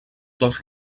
dos